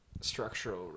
structural